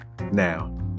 Now